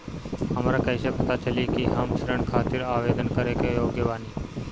हमरा कईसे पता चली कि हम ऋण खातिर आवेदन करे के योग्य बानी?